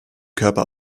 körper